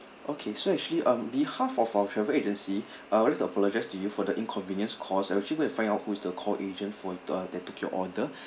okay so actually um behalf of our travel agency I would like to apologise to you for the inconvenience caused I'll actually go to find out who is the call agent for the uh that took your order